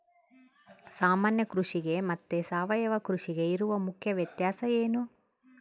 ಸಾಮಾನ್ಯ ಕೃಷಿಗೆ ಮತ್ತೆ ಸಾವಯವ ಕೃಷಿಗೆ ಇರುವ ಮುಖ್ಯ ವ್ಯತ್ಯಾಸ ಏನು?